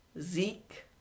Zeke